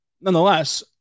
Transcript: nonetheless